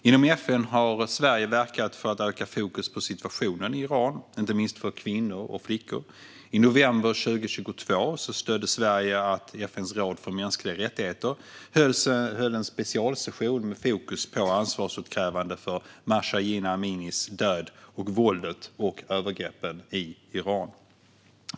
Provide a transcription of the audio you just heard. Inom FN har Sverige verkat för att öka fokus på situationen i Iran, inte minst för kvinnor och flickor. I november 2022 stödde Sverige att FN:s råd för mänskliga rättigheter höll en specialsession med fokus på ansvarsutkrävande för Mahsa Jina Aminis död och våldet och övergreppen i Iran.